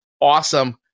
awesome